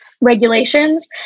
regulations